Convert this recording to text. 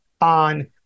on